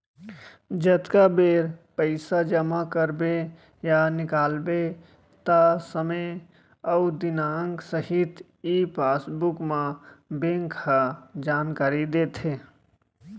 जतका बेर पइसा जमा करबे या निकालबे त समे अउ दिनांक सहित ई पासबुक म बेंक ह जानकारी देथे